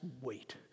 wait